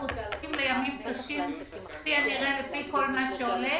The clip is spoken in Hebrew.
צפויים לימים קשים כפי הנראה לפי כל מה שעולה